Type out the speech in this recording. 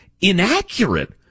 inaccurate